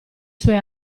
sue